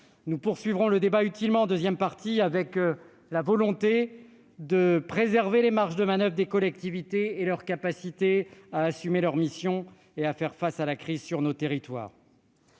Nous poursuivrons utilement le débat en seconde partie, avec la volonté de préserver les marges de manoeuvre des collectivités et leur capacité à assumer leurs missions et à faire face à la crise sur nos territoires.